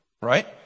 right